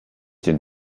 den